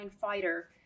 fighter